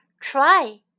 Try